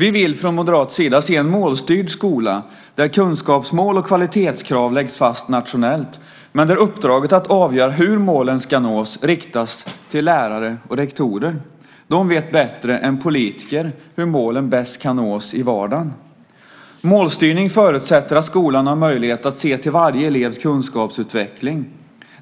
Vi vill från moderat sida se en målstyrd skola där kunskapsmål och kvalitetskrav läggs fast nationellt men där uppdraget att avgöra hur målen ska nås riktas till lärare och rektorer. De vet bättre än politiker hur målen bäst kan nås i vardagen. Målstyrning förutsätter att skolan har möjlighet att se till varje elevs kunskapsutveckling.